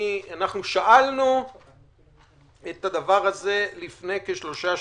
שאלנו את הדבר הזה לפני כשלושה שבועות.